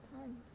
time